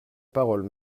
parole